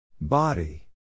Body